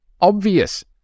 obvious